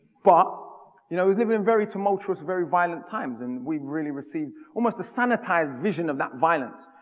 but you know was living in very tumultuous, very violent times and we really receive almost a sanitized vision of that violence,